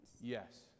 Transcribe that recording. Yes